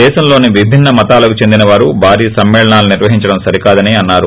దేశంలోస విభిన్న మతాలకు చెందిన వారు భారీ సమ్మేళనాలను నిర్వహించడం సరికాదని అన్నారు